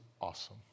awesome